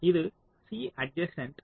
இது C adjacent